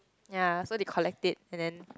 ya so they collect it and then